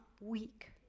weak